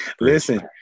Listen